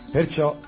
Perciò